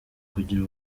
kugira